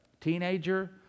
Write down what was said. teenager